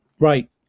Right